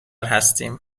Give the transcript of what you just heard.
هستیم